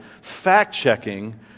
fact-checking